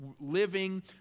living